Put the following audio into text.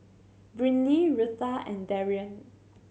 Brynlee Rutha and Darion